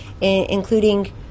including